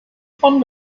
von